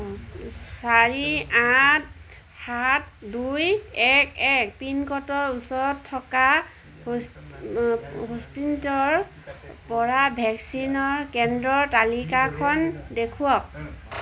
চাৰি আঠ সাত দুই এক এক পিনক'ডৰ ওচৰত থকা স্পুটনিকৰ পৰা ভেকচিন কেন্দ্ৰৰ তালিকাখন দেখুৱাওক